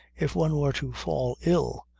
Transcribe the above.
if one were to fall ill,